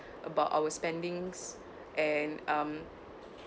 about our spendings and um